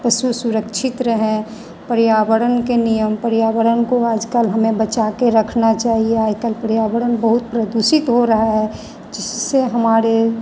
पशु सुरक्षित रहें पर्यावरण के नियम पर्यावरण को आज कल हमें बचा के रखना चाहिए आज कल पर्यावरण बहुत प्रदूषित हो रहा है जिससे हमारे